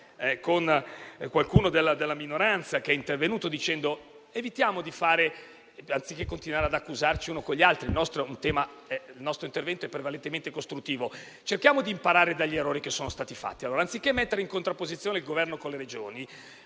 con qualcuno della minoranza che è intervenuto per dire: anziché accusarci gli uni con gli altri - il nostro intervento è prevalentemente costruttivo - cerchiamo di imparare dagli errori che sono stati fatti. Anziché mettere in contrapposizione il Governo con le Regioni